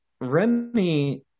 remy